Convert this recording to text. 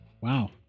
Wow